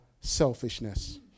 selfishness